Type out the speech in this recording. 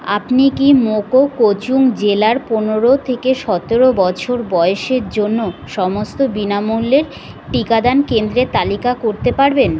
আপনি কি মোকোকচুং জেলার পনেরো থেকে সতেরো বছর বয়েসের জন্য সমস্ত বিনামূল্যের টিকাদান কেন্দ্রের তালিকা করতে পারবেন